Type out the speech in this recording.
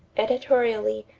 editorially,